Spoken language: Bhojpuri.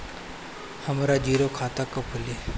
हमरा जीरो खाता कब खुली?